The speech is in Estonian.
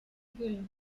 küll